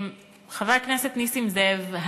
חבר הכנסת נסים זאב,